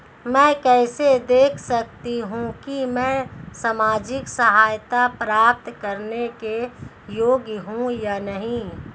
मैं कैसे देख सकती हूँ कि मैं सामाजिक सहायता प्राप्त करने के योग्य हूँ या नहीं?